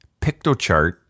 PictoChart